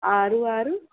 ఆరు ఆరు